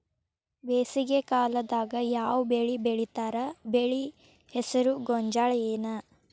ಬೇಸಿಗೆ ಕಾಲದಾಗ ಯಾವ್ ಬೆಳಿ ಬೆಳಿತಾರ, ಬೆಳಿ ಹೆಸರು ಗೋಂಜಾಳ ಏನ್?